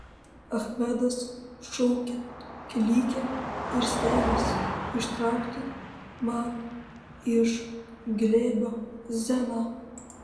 achmedas šaukė klykė ir stengėsi ištraukti man iš glėbio zeną